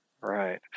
Right